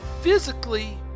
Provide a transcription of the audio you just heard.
physically